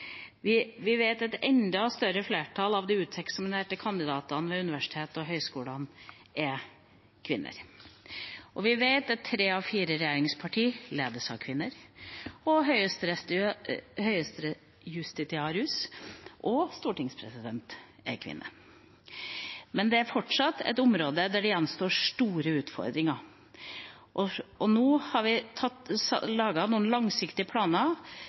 Vi vet at et enda større flertall av de uteksaminerte kandidatene ved universiteter og høyskoler er kvinner. Vi vet at tre av de fire regjeringspartiene ledes av kvinner, og at høyesterettsjustitiarien og stortingspresidenten er kvinner. Men dette er fortsatt et område der det gjenstår store utfordringer. Nå har vi laget noen langsiktige planer